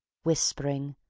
whispering,